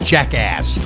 Jackass